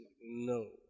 No